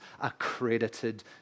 accredited